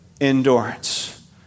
endurance